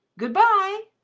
good-bye!